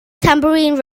tambourine